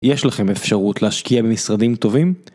יש לכם אפשרות להשקיע במשרדים טובים?